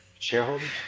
shareholders